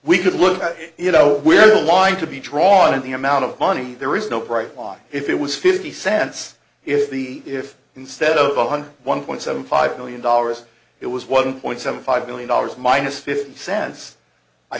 we could look at you know we're lying to be drawn in the amount of money there is no bright line if it was fifty cents if the if instead of one hundred one point seven five million dollars it was one point seven five billion dollars minus fifty cents i